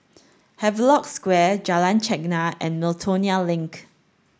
Havelock Square Jalan Chegar and Miltonia Link